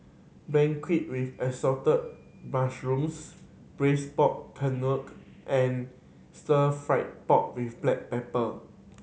beancurd with Assorted Mushrooms Braised Pork Knuckle and Stir Fry pork with black pepper